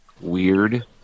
weird